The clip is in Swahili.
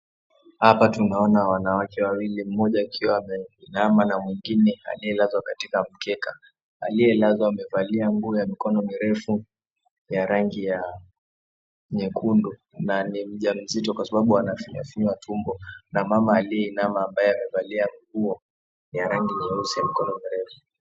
Hapa tunaona wanawake wawili mmoja akiwa ameinama na mwingine aliyelazwa katika mkekaa. Aliyelazwa amevalia nguo ya mikono mirefu ya rangi ya nyekundu na ni mjamzito kwa sababu anafinyafinywa tumbo na mama aliyeinama ambaye amevalia nguo ni ya rangi ya nusu mkono mrefu.